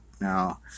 now